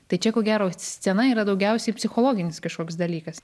tai čia ko gero scena yra daugiausiai psichologinis kažkoks dalykas